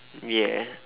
ya